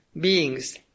beings